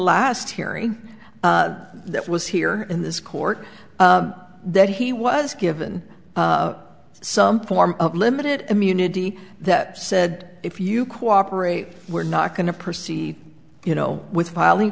last hearing that was here in this court that he was given some form of limited immunity that said if you cooperate we're not going to proceed you know with filing